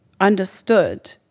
understood